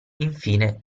infine